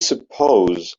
suppose